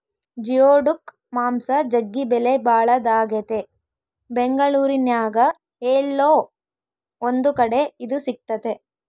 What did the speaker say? geoduck ಮಾಂಸ ಜಗ್ಗಿ ಬೆಲೆಬಾಳದಾಗೆತೆ ಬೆಂಗಳೂರಿನ್ಯಾಗ ಏಲ್ಲೊ ಒಂದು ಕಡೆ ಇದು ಸಿಕ್ತತೆ